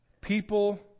People